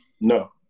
No